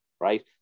right